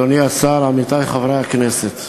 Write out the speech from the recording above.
אדוני השר, עמיתי חברי הכנסת,